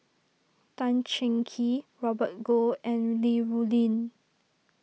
Tan Cheng Kee Robert Goh and Li Rulin